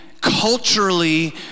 culturally